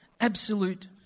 absolute